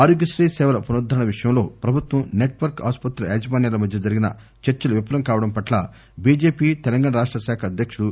ఆరోగ్యశ్రీ సేవల పునరుద్దరణ విషయంలో ప్రభుత్వం నెట్వర్క్ ఆసుపత్రుల యాజమాన్యాల మధ్య జరిగిన చర్చలు విఫలం కావడం పట్ల బిజెపి తెలంగాణ రాష్ట శాఖ అధ్యకుడు కె